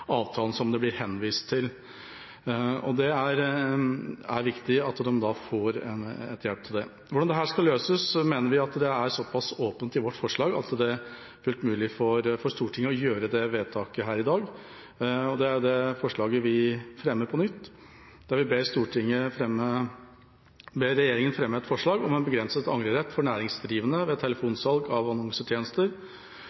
avtalen som det blir henvist til. Det er viktig at de da får hjelp. Hvordan dette skal løses, mener vi er såpass åpent i vårt forslag at det er fullt mulig for Stortinget å fatte dette vedtaket her i dag. Forslaget vi fremmer på nytt, er: «Stortinget ber regjeringen fremme forslag om begrenset angrerett for næringsdrivende ved telefonsalg av annonsetjenester